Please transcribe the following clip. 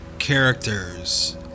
characters